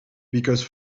because